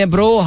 Bro